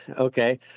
Okay